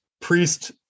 priest